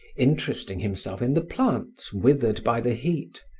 interesting himself in the plants withered by the heat,